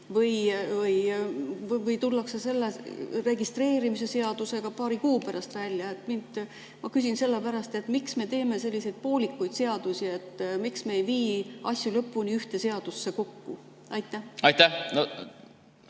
Või tullakse selle registreerimise seadusega paari kuu pärast välja? Ma küsin sellepärast, et [aru saada,] miks me teeme selliseid poolikuid seadusi. Miks me ei vii asju lõpuni ühte seadusse kokku? Aitäh!